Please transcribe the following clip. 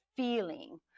feeling